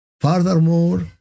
furthermore